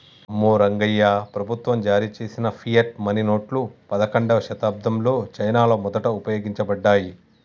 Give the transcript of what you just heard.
అమ్మో రంగాయ్యా, ప్రభుత్వం జారీ చేసిన ఫియట్ మనీ నోట్లు పదకండవ శతాబ్దంలో చైనాలో మొదట ఉపయోగించబడ్డాయి